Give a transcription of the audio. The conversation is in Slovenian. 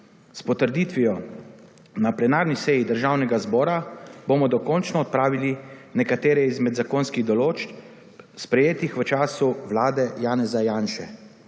S potrditvijo na plenarni seji Državnega zbora, bomo dokončno odpravili nekatere izmed zakonskih določb, sprejetih v času vlade Janeza Janše.